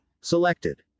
selected